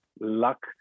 luck